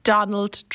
Donald